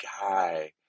guy